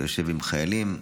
אתה יושב עם חיילים,